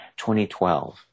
2012